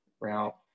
route